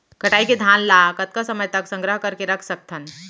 कटाई के बाद धान ला कतका समय तक संग्रह करके रख सकथन?